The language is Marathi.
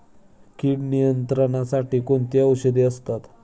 कीड नियंत्रणासाठी कोण कोणती औषधे असतात?